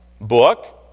book